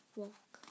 walk